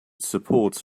supports